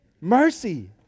mercy